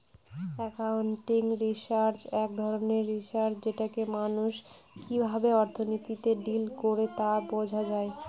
accounting research এক ধরনের research যেটাতে মানুষ কিভাবে অর্থনীতিতে ডিল করে তা বোঝা যায়